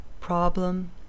problem